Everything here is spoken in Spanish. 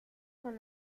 con